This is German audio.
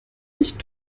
nicht